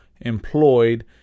employed